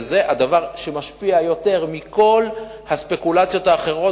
וזה הדבר שמשפיע יותר מכל הספקולציות האחרות,